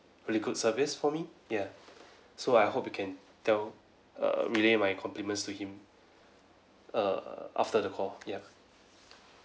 really good service for me ya so I hope you can tell err relay my compliments to him err after the call ya